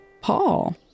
Paul